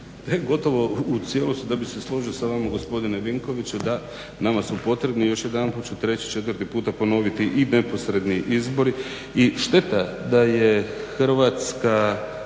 Gotovo u cijelosti da bi se složio sa vama gospodine Vinkoviću da nama su potrebni još jedanput ću …/Govornik se ne razumije./… reći, četvrti puta ponoviti i neposredni izbori. I šteta da je Hrvatska